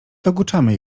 dokuczamy